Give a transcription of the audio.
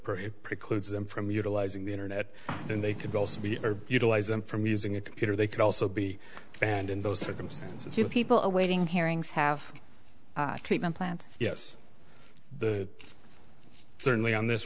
prohibit precludes them from utilizing the internet and they could also be a utilize them from using a computer they could also be banned in those circumstances you people awaiting hearings have treatment plant yes the certainly on this